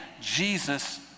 Jesus